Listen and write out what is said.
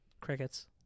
Crickets